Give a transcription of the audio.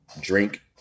drink